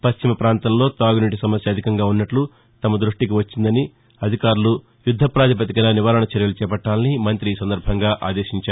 పశ్చిమ పాంతంలో తాగునీటి సమస్య అధికంగా ఉన్నట్ల తమ దృష్టికి వచ్చిందని అధికారులు యుద్దప్రతిపాధికన నివారణ చర్యలు చేపట్టాలని మంత్రి ఆదేశించారు